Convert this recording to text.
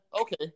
okay